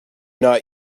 not